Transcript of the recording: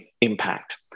impact